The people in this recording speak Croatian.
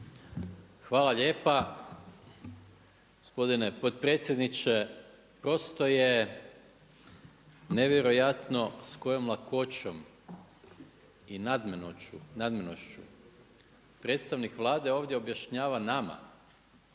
Hvala lijepa, gospodine potpredsjedniče. Prosto je nevjerojatno s kojom lakoćom i nadmenošću predstavnik Vlade ovdje objašnjava nama